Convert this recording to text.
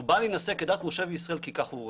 הוא בא להינשא כדת משה וישראל כי ככה הוא רוצה.